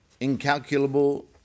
incalculable